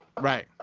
Right